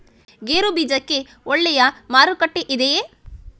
ಗೇರು ಬೀಜಕ್ಕೆ ಒಳ್ಳೆಯ ಮಾರುಕಟ್ಟೆ ಇದೆಯೇ?